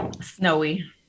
snowy